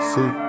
See